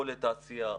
או לתעשייה,